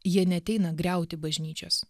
jie neateina griauti bažnyčios